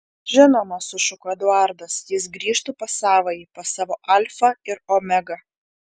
žinoma sušuko eduardas jis grįžtų pas savąjį pas savo alfą ir omegą